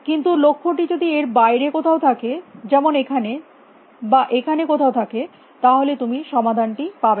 কিন্তু লক্ষ্যটি যদি এর বাইরে কোথাও থাকে যেমন এখানে বা এখানে কোথাও থাকে তাহলে তুমি সমাধানটি পাবে না